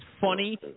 funny